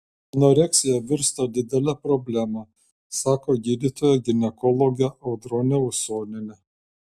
anoreksija virsta didele problema sako gydytoja ginekologė audronė usonienė